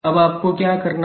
अब आपको क्या करना है